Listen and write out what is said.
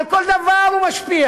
על כל דבר הוא משפיע.